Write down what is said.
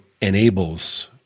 enables